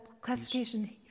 classification